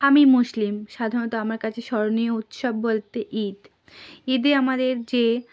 আমি মুসলিম সাধারণত আমার কাছে স্মরণীয় উৎসব বলতে ঈদ ঈদে আমাদের যে